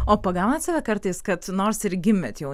o pagaunat save kartais kad kas nors ir gimėt jau